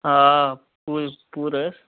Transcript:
آ پوٗر پوٗرٕ حظ